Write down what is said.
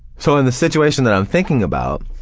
so in the situation that i'm thinking about,